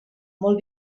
molt